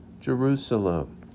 Jerusalem